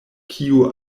kiu